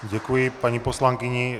Děkuji paní poslankyni.